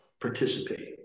participate